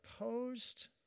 opposed